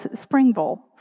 Springville